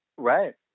Right